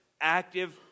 active